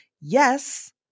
yes